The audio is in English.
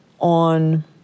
on